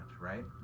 right